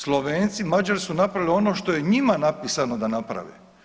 Slovenci, Mađari su napravili ono što je njima napisano da naprave.